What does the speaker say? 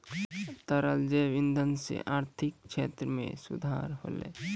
तरल जैव इंधन सँ आर्थिक क्षेत्र में सुधार होलै